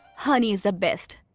honey is the best.